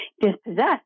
dispossessed